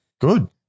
Good